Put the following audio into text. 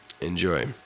Enjoy